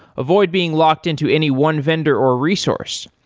avoid being locked-in to any one vendor or resource.